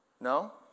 No